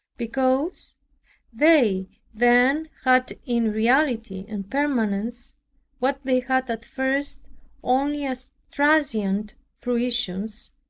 because they then had in reality and permanence what they had at first only as transient fruitions,